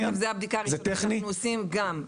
אגב, זו הבדיקה הראשונית שאנחנו עושים גם.